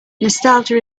nostalgia